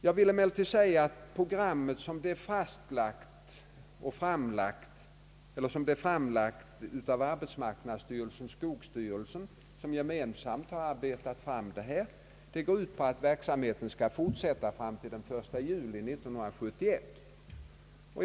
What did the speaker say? Jag vill emellertid säga att programmet sådant det är framlagt av arbetsmarknadsstyrelsen och skogsstyrelsen, vilka gemensamt arbetat fram det, går ut på att verksamheten skall fortsätta fram till den 1 juli 1971.